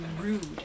rude